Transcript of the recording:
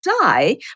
die